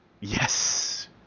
Yes